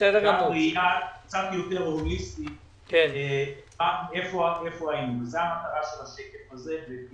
רק להראות היכן היינו וזו המטרה של השקף הזה.